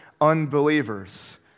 unbelievers